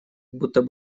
будто